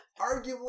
arguably